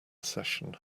session